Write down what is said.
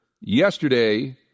Yesterday